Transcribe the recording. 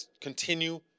continue